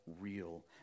real